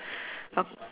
o~